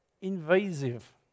invasive